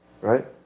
Right